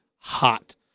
hot